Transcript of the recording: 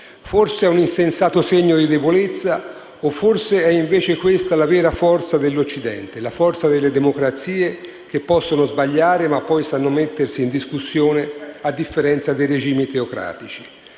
forse di un insensato segno di debolezza o, forse, è invece questa la vera forza dell'Occidente: la forza delle democrazie che possono sbagliare, ma poi sanno mettersi in discussione, a differenza dei regimi teocratici.